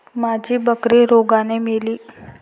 माझी बकरी रोगाने मेली